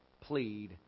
plead